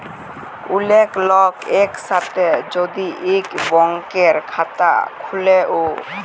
ওলেক লক এক সাথে যদি ইক ব্যাংকের খাতা খুলে ও